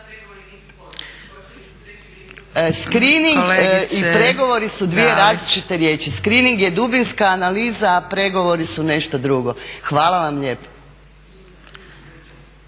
… i pregovori su dvije različite riječi. Screening je dubinska analiza a pregovori su nešto drugo. Hvala vam lijepo.